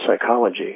psychology